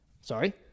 sorry